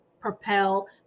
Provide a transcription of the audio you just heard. propel